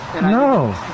no